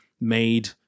made